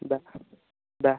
back பே